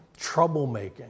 troublemaking